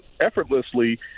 effortlessly